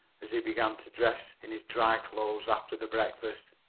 as he began to dress in his dry clothes after the breakfast.